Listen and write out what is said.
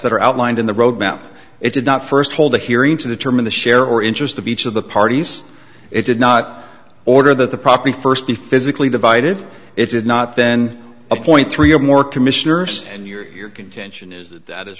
that are outlined in the road map it did not first hold a hearing to determine the share or interest of each of the parties it did not order that the property first be physically divided it did not then a point three zero or more commissioners and your contention is that is